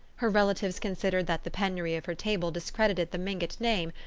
her relatives considered that the penury of her table discredited the mingott name,